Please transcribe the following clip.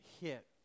hit